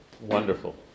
Wonderful